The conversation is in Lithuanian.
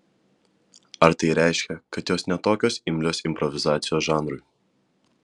ar tai reiškia kad jos ne tokios imlios improvizacijos žanrui